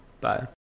Bye